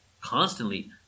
constantly